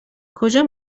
کجا